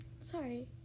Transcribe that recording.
sorry